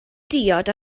diod